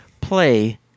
Play